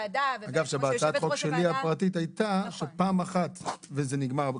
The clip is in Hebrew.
שבהצעת החוק שלי הפרטית הייתה שפעם אחת וזה נגמר.